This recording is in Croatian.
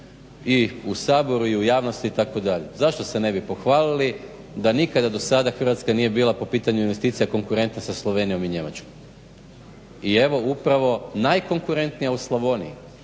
i u Saboru i u javnosti itd. Zašto se ne bi pohvalili da nikada do sada Hrvatska nije bila po pitanja investicija konkurentna sa Slovenijom i Njemačkom i evo upravo najkonkurentnija u Slavoniji.